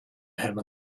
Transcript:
have